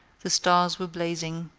the stars were blazing.